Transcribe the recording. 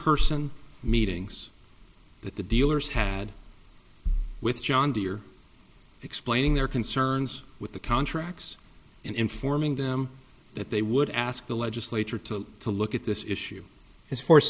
person meetings that the dealers had with john deere explaining their concerns with the contracts and informing them that they would ask the legislature to to look at this issue is f